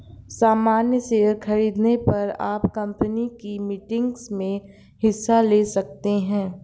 सामन्य शेयर खरीदने पर आप कम्पनी की मीटिंग्स में हिस्सा ले सकते हैं